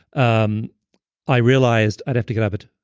um i realized i'd have to get up at